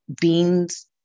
beans